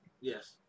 yes